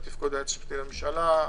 על תפקוד היועץ המשפטי לממשלה,